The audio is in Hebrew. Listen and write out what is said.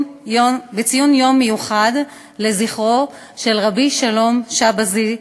יום מיוחד לזכרו של רבי שלום שבזי,